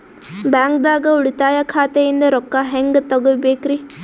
ಬ್ಯಾಂಕ್ದಾಗ ಉಳಿತಾಯ ಖಾತೆ ಇಂದ್ ರೊಕ್ಕ ಹೆಂಗ್ ತಗಿಬೇಕ್ರಿ?